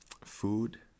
Food